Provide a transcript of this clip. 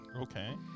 Okay